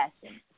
fashion